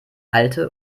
alte